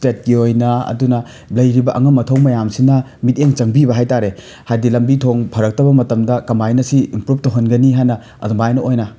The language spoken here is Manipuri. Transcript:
ꯁ꯭ꯇꯦꯠꯀꯤ ꯑꯣꯏꯅ ꯑꯗꯨꯅ ꯂꯩꯔꯤꯕ ꯑꯉꯝ ꯑꯊꯧ ꯃꯌꯥꯝꯁꯤꯅ ꯃꯤꯠꯌꯦꯡ ꯆꯪꯕꯤꯕ ꯍꯥꯏꯇꯥꯔꯦ ꯍꯥꯏꯗꯤ ꯂꯝꯕꯤ ꯊꯣꯡ ꯐꯔꯛꯇꯕ ꯃꯇꯝꯗ ꯀꯃꯥꯏꯅ ꯁꯤ ꯏꯝꯄ꯭ꯔꯨꯚ ꯇꯧꯍꯟꯒꯅꯤ ꯍꯥꯏꯅ ꯑꯗꯨꯃꯥꯏꯅ ꯑꯣꯏꯅ